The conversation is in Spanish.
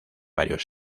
varios